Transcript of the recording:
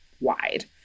wide